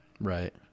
right